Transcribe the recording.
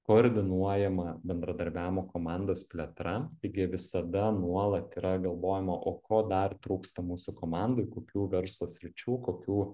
koordinuojama bendradarbiavimo komandos plėtra taigi visada nuolat yra galvojama o ko dar trūksta mūsų komandoj kokių verslo sričių kokių